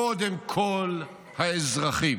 קודם כול, האזרחים,